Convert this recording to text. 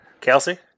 Kelsey